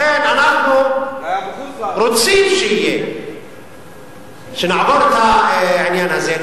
לכן אנחנו רוצים שיהיה, שנעבור את העניין הזה.